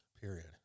period